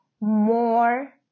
more